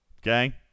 okay